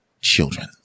children